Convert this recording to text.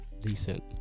decent